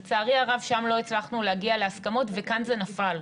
לצערי הרב שם לא הצלחנו להגיע להסכמות וכאן זה נפל.